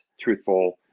truthful